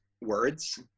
words